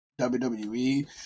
WWE